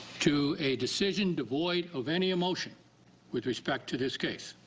to a decision devoid of any emotion with respect to this case.